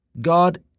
God